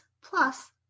plus